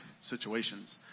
situations